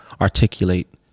articulate